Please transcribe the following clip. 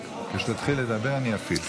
תודה.